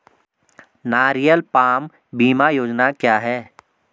नारियल पाम बीमा योजना क्या है?